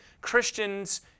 Christians